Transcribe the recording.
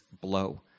blow